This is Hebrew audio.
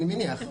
אני מניח,